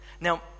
Now